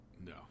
No